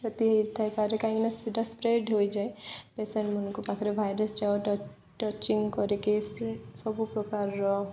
କ୍ଷତି ହେଇଥାଇପାରେ କାହିଁକିନା ସେଟା ସ୍ପ୍ରେଡ଼ ହୋଇଯାଏ ପେସେଣ୍ଟମାନଙ୍କ ପାଖରେ ଭାଇରସ ଯେଉଁଟା ଟଚିଙ୍ଗ କରିକି ସବୁ ପ୍ରକାରର